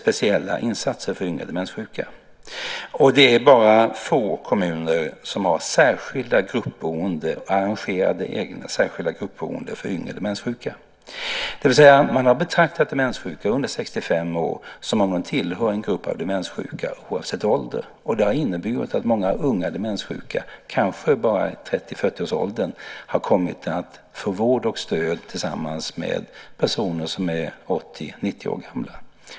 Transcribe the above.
Det är bara få kommuner som har arrangerat särskilda egna gruppboenden för yngre demenssjuka. Man har alltså betraktat demenssjuka under 65 år som om de tillhör en grupp av demenssjuka oavsett ålder. Det har inneburit att många unga demenssjuka - kanske bara i 30-40-årsåldern - har kommit att få vård och stöd tillsammans med personer som är 80-90 år gamla.